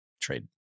trade